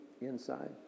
inside